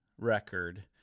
record